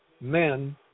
men